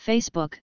Facebook